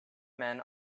men